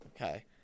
okay